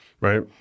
right